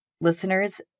listeners